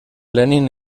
lenin